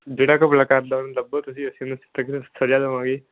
ਜਿਹੜਾ ਘਪਲਾ ਕਰਦਾ ਉਹਨੂੰ ਲੱਭੋ ਤੁਸੀਂ ਅਸੀਂ ਉਹਨੂੰ ਸਖ਼ਤ ਤੋਂ ਸਖ਼ਤ ਸਜ਼ਾ ਦੇਵਾਂਗੇ